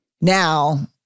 Now